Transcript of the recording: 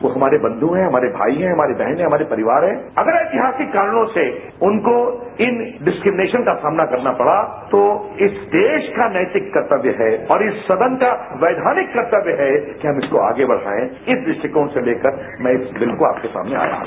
वो हमारे बंधु हैं हमारे भाई हैं हमारी बहनें हैं हमारे परिवार हैं अगर ऐतिहासिक कारणों से उनको इन डिस्क्रिमिनेशन का सामना करना पड़ तो इस देश का नैतिक कर्तव्य है और इस सदन का वैधानिक कर्तव्य है कि हम इसको आगे बढ़ाए इस दृष्टिकोण से लेकर मैं इस बिल को आपके सामना आया है